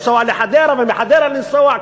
לנסוע לחדרה ומחדרה לנסוע,